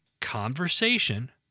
conversation